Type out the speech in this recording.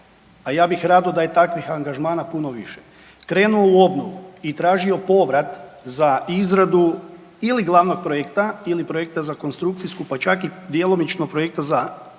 a ja bih rado da je takvih angažmana puno više krenuo u obnovu i tražio povrat za izradu ili glavnog projekta ili projekta za konstrukcijsku, pa čak i djelomičnog projekta za